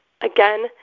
Again